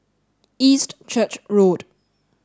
East Church Road